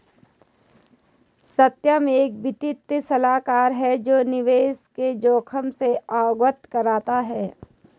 सत्यम एक वित्तीय सलाहकार है जो निवेश के जोखिम से अवगत कराता है